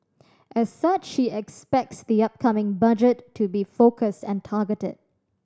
as such he expects the upcoming budget to be focused and targeted